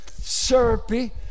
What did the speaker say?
syrupy